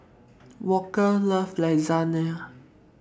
Walker loves Lasagne